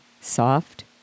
soft